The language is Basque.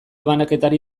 banaketari